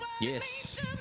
Yes